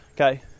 Okay